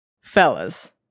Fellas